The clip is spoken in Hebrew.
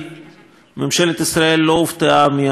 ממשלת ישראל לא הופתעה מההחלטה הזאת,